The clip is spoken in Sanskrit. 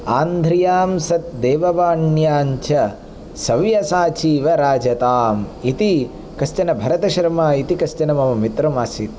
आन्ध्रियां सत् देववाण्यां च सव्यसाचीवराजताम् इति कश्चन भरतशर्मा इति कश्चन मम मित्रम् आसीत्